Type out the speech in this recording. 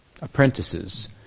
apprentices